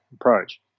approach